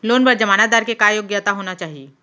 Loan बर जमानतदार के का योग्यता होना चाही?